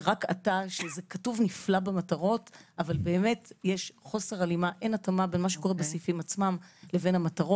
שזה כתוב נפלא במטרות אבל אין התאמה בין מה שקורה בסעיפים עצמם למטרות.